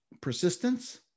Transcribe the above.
persistence